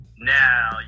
Now